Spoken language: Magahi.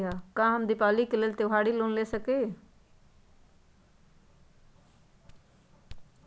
का हम दीपावली के लेल त्योहारी लोन ले सकई?